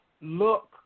look